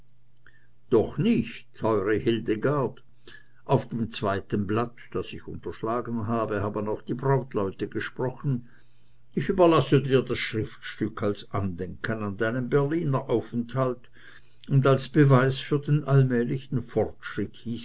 doch nicht teure hildegard auf dem zweiten blatt das ich unterschlagen habe haben auch die brautleute gesprochen ich überlasse dir das schriftstück als andenken an deinen berliner aufenthalt und als beweis für den allmählichen fortschritt